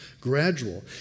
gradual